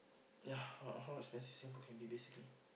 ya how how expensive Singapore can be basically